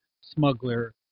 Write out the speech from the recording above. smuggler